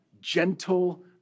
gentle